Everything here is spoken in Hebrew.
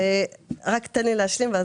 תן לי רק להשלים.